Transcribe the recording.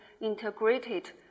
integrated